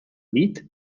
nit